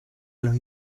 los